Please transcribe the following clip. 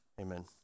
Amen